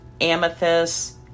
amethyst